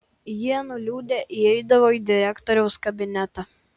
jie nuliūdę įeidavo į direktoriaus kabinetą